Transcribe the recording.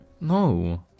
No